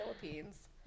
Philippines